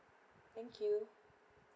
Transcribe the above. thank you